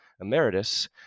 Emeritus